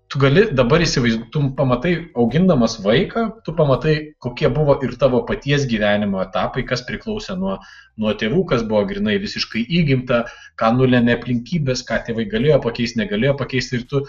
tu gali dabar įsivaizduo pamatai augindamas vaiką tu pamatai kokie buvo ir tavo paties gyvenimo etapai kas priklausė nuo nuo tėvų kas buvo grynai visiškai įgimta ką nulėmė aplinkybės ką tėvai galėjo pakeist negalėjo pakeist ir tu